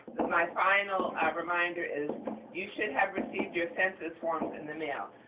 my final reminder is you should have received your census forms in the mail.